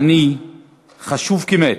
עני חשוב כמת.